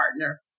partner